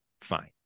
fine